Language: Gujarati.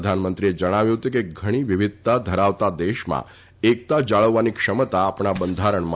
પ્રધાનમંત્રીએ જણાવ્યું હતું કે ઘણી વિવિધતા ધરાવતા દેશમાં એકતા જાળવવાની ક્ષમતા આપણા બંધારણમાં છે